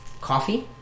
coffee